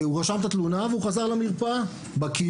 הוא רשם את התלונה והוא חזר למרפאה בקהילה,